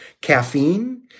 caffeine